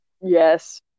Yes